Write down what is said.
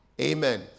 Amen